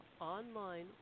online